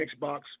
Xbox